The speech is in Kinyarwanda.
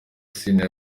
sina